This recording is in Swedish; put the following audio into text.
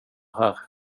här